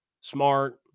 smart